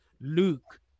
Luke